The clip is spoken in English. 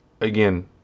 again